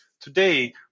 today